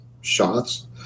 shots